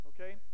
Okay